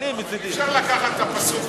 אבל אי-אפשר לקחת את הפסוק,